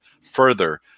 further